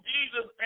Jesus